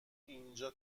اینجا